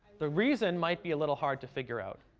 the reason might be a little hard to figure out.